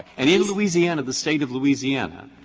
and in louisiana, the state of louisiana,